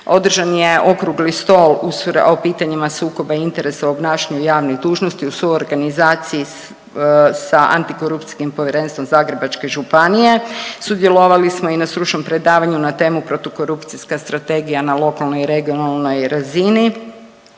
održan je okrugli stol o pitanjima sukoba interesa u obnašanju javnih dužnosti u suorganizaciji sa Antikorupcijskim povjerenstvom Zagrebačke županije. Sudjelovali samo i na stručnom predavanju na temu „Protukorupcijska strategija na lokalnoj i regionalnoj razini“